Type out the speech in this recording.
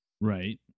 Right